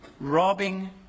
robbing